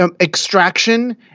extraction